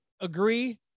agree